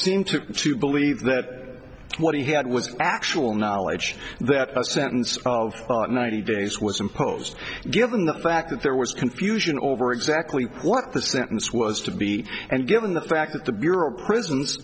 seem to to believe that what he had was actual knowledge that a sentence of ninety days was imposed given the fact that there was confusion over exactly what the sentence was to be and given the fact that the bureau of prisons